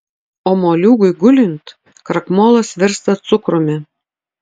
o moliūgui gulint krakmolas virsta cukrumi